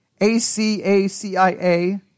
A-C-A-C-I-A